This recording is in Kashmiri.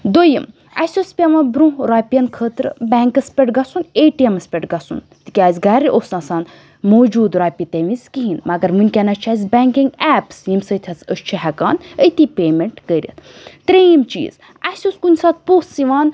دوٚیِم اسہِ اوٗس پیٚوان برٛونٛہہ رۄپیَن خٲطرٕ بیٚنٛکَس پٮ۪ٹھ گژھُن اے ٹی ایٚمَس پٮ۪ٹھ گژھُن تِکیازِ گَھرِ اوٗس نہٕ آسان موٗجوٗد رۄپیہِ تمہِ وِز کِہیٖنۍ مگر وُنکٮ۪ن چھِ اسہِ بیٚنٛکِنٛگ ایپٕس ییٚمہِ سۭتۍ حظ أسۍ چھِ ہیٚکان أتی پیمیٚنٛٹ کٔرِتھ ترٛیٚیِم چیٖز اسہِ اوٗس کُنہِ ساتہٕ پوٚژھ یِوان